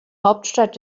hauptstadt